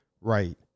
right